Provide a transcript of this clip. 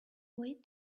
wait